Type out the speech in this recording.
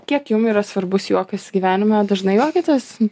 kiek jum yra svarbus juokas gyvenime dažnai juokiatės